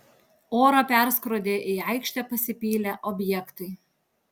orą perskrodė į aikštę pasipylę objektai